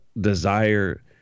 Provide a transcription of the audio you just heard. desire